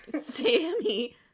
Sammy